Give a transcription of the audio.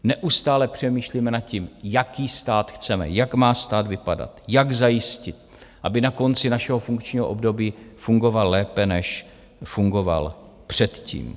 Neustále přemýšlíme nad tím, jaký stát chceme, jak má stát vypadat, jak zajistit, aby na konci našeho funkčního období fungoval lépe, než fungoval předtím.